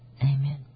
Amen